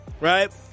right